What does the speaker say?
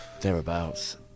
Thereabouts